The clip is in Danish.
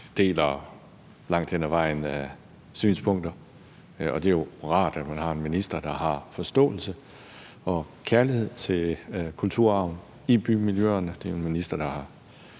deler langt hen ad vejen synspunkter, og det er jo rart, at man har en minister, der har forståelse for og kærlighed til kulturarven i bymiljøerne. Det er jo en minister, der har